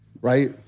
right